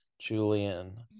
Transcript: Julian